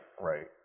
right